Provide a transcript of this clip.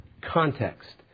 context